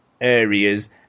areas